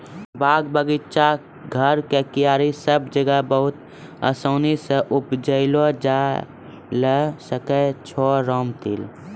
बाग, बगीचा, घर के क्यारी सब जगह बहुत आसानी सॅ उपजैलो जाय ल सकै छो रामतिल